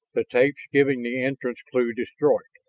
the tapes giving the entrance clue destroyed.